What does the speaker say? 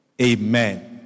Amen